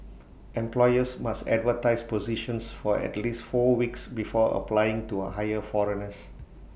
employers must advertise positions for at least four weeks before applying to A hire foreigners